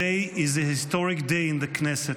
Today is a historic day in the Knesset: